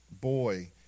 boy